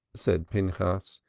said pinchas,